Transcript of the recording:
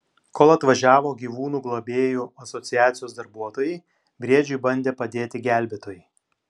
kol atvažiavo gyvūnų globėjų asociacijos darbuotojai briedžiui bandė padėti gelbėtojai